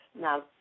now